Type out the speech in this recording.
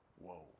Whoa